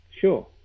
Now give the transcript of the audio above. Sure